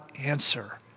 answer